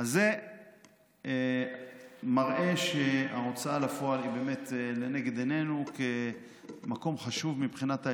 זה מראה שההוצאה לפועל היא באמת לנגד עינינו כמקום חשוב מבחינת האזרח,